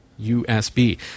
USB